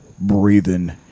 breathing